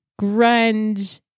grunge